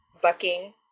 bucking